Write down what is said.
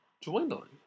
dwindling